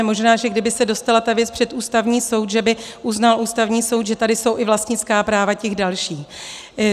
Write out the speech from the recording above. Možná, že kdyby se dostala ta věc před Ústavní soud, že by uznal Ústavní soud, že tady jsou i vlastnická práva těch dalších.